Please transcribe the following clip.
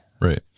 right